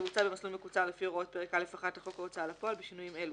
תבוצע במסלול מקוצר לפי הוראות פרק א'1 לחוק ההוצאה לפועל בשינויים אלו: